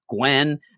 Gwen